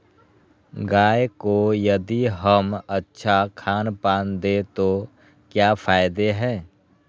गाय को यदि हम अच्छा खानपान दें तो क्या फायदे हैं?